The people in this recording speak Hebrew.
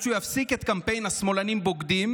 שהוא יפסיק את קמפיין ה"שמאלנים בוגדים"